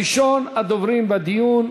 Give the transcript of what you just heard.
ראשון הדוברים בדיון,